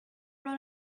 run